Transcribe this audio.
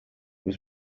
was